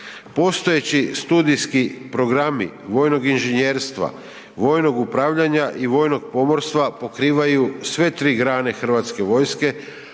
Postojeći studijski programi vojnog inženjerstva, vojnog upravljanja i vojnog pomorstva pokrivaju sve tri grane Hrvatske vojske,